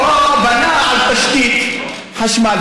או בנה על תשתית חשמל,